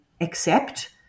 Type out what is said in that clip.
accept